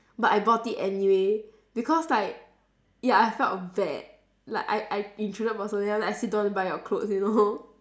but I bought it anyway because like ya I felt bad like I I intruded the person then after that I still don't want to buy your clothes you know